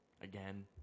again